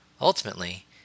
Ultimately